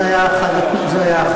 זה היה אחד התנאים.